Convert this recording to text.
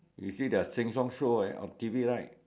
you see their Sheng-Siong show on T_V like